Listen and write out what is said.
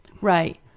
Right